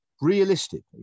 Realistically